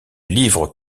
livre